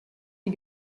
die